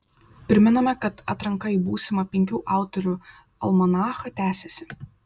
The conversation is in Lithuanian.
primename kad atranka į būsimą penkių autorių almanachą tęsiasi